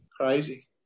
crazy